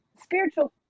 spiritual